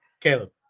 Caleb